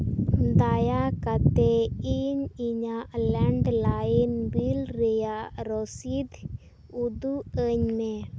ᱫᱟᱭᱟ ᱠᱟᱛᱮᱫ ᱤᱧ ᱤᱧᱟᱹᱜ ᱞᱮᱱᱰ ᱞᱟᱭᱤᱱ ᱵᱤᱞ ᱨᱮᱭᱟᱜ ᱨᱚᱥᱤᱫᱽ ᱩᱫᱩᱜ ᱟᱹᱧ ᱢᱮ